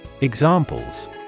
Examples